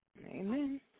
Amen